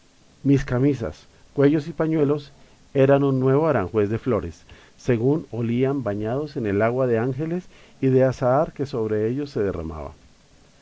mis camisas cuellos y pañuelos eran un nuevo aranjuez de flores según olían bañados en la ag ua de ángeles y de azahar que sobre ellos se derramaba